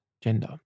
gender